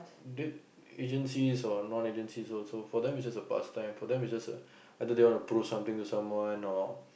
they agencies or non agencies also for them it just a pastime for them it just a either they want to prove something to someone or